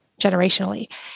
generationally